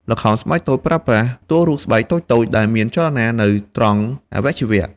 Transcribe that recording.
ល្ខោនស្បែកតូចប្រើប្រាស់ តួរូបស្បែកតូចៗ ដែលមានចលនា នៅត្រង់អវយវៈ។